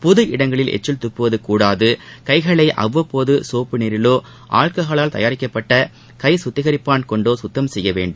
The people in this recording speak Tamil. பொது இடங்களில் எச்சில் துப்புவது கூடாது கைகளை அவ்வப்போது சோப்பு நீரிவோ ஆல்கஹாவால் தயாரிக்கப்பட்ட கை சுத்திகரிப்பாள் கொண்டோ சுத்தம் செய்ய வேண்டும்